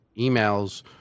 emails